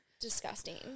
disgusting